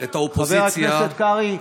אתה מצחיק אותנו.